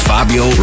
Fabio